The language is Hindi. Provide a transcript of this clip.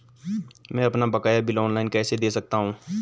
मैं अपना बकाया बिल ऑनलाइन कैसे दें सकता हूँ?